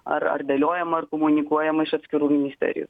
ar ar dėliojama ar komunikuojama iš atskirų ministerijų